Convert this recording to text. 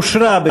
לדיון מוקדם